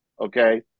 okay